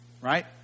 Right